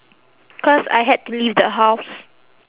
cause I had to leave the house